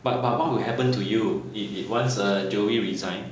but but what will happen to you if if once uh joey resign